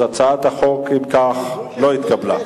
בניגוד לחבר כנסת,